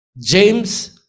james